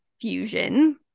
fusion